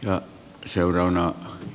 ja siuroonot